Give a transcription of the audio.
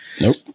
Nope